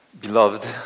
Beloved